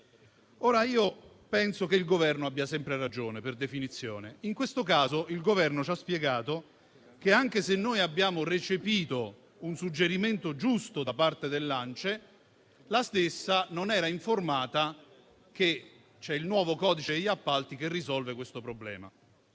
Io penso che il Governo abbia sempre ragione, per definizione. In questo caso il Governo ci ha spiegato che anche se noi abbiamo recepito un suggerimento giusto da parte dell'ANCE, la stessa associazione non era informata del fatto che il nuovo codice degli appalti risolve questo problema.